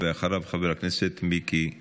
אחריו, חבר הכנסת מיקי לוי.